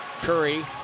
Curry